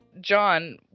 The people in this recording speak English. John